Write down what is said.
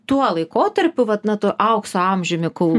tuo laikotarpiu vat na tuo aukso amžiumi kau